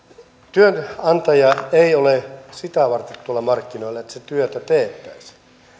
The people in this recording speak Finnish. työnantaja ei ole sitä varten tuolla markkinoilla että se työtä teettäisi